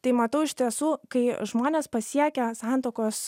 tai matau iš tiesų kai žmonės pasiekę santuokos